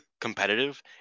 competitive